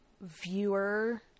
viewer